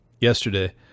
yesterday